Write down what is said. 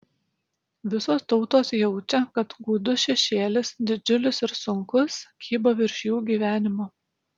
visos tautos jaučia kad gūdus šešėlis didžiulis ir sunkus kybo virš jų gyvenimo